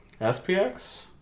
spx